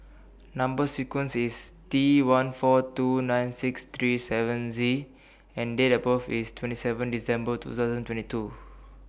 Number sequence IS T one four two nine six three seven Z and Date of birth IS twenty seven December two thousand and twenty two